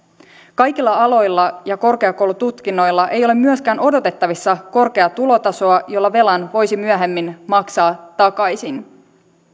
kaikilla aloilla ja korkeakoulututkinnoilla ei ole myöskään odotettavissa korkeaa tulotasoa jolla velan voisi myöhemmin maksaa takaisin